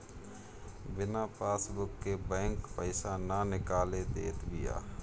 बिना पासबुक के बैंक पईसा ना निकाले देत बिया